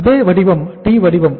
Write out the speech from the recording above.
அதே வடிவம் T வடிவம்